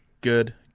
good